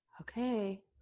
Okay